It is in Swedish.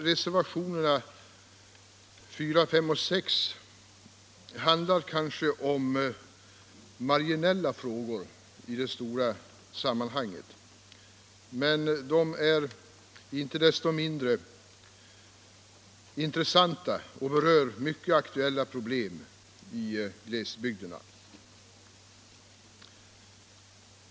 Reservationerna 4, 5 och 6 behandlar kanske marginella frågor i det stora sammanhanget, men de är inte desto mindre intressanta och berör problem som är mycket aktuella i glesbygderna.